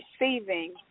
receiving